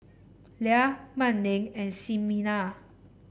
Lia Manning and Ximena